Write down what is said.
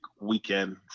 weekend